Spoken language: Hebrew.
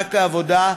מענק העבודה,